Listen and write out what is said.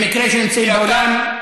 במקרה שהם נמצאים באולם,